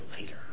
later